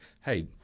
hey